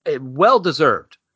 Well-deserved